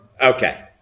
Okay